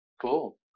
Cool